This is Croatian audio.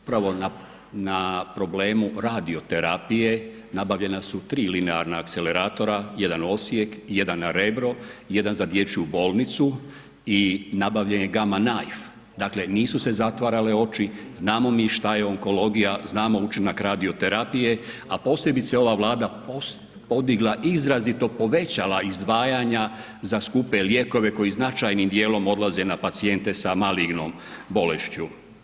Upravo na problemu radioterapije, nabavljena su tri linearna akceleratora, jedan Osijek, jedan Rebro, jedan za dječju bolnicu i nabavljen je gama knife, dakle nisu se zatvarale oči, znamo mi šta je onkologija, znamo učinak radioterapije a posebice ova Vlada je podigla i izrazito povećala izdvajanja za skupe lijekove koji značajnim dijelom odlaze na pacijente sa malignom bolešću.